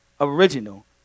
original